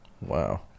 Wow